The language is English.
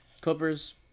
Clippers